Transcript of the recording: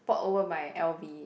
bought over by L_V